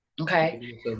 Okay